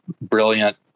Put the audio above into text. brilliant